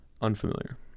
Unfamiliar